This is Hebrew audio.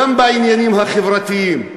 גם בעניינים החברתיים.